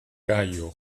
cayo